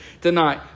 tonight